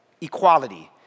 equality